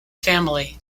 family